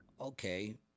okay